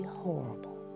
horrible